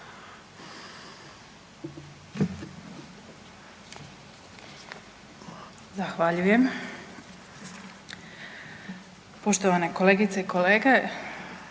(SDP)** Poštovane kolegice i kolege,